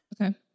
Okay